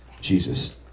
Jesus